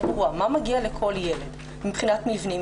ברורה מה מגיע לכל ילד מבחינת מבנים,